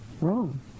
wrong